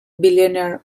billionaire